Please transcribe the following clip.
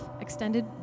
Extended